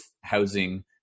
housing